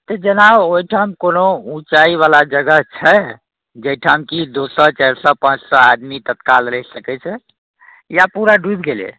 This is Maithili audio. तऽ जेना ओहिठाम कोनो ऊँचाइ बला जगह छै जहिठाम कि दू सए चारि सए पाँच सए आदमी तत्काल रहि सकैत छै या पूरा डुबि गेलै